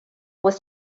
was